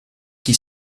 qui